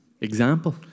Example